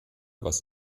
was